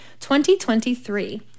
2023